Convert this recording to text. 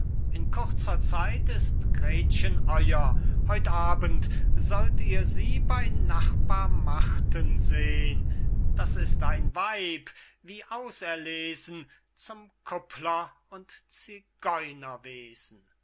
in kurzer zeit ist gretchen euer heut abend sollt ihr sie bey nachbar marthen sehn das ist ein weib wie auserlesen zum kuppler und